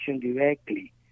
directly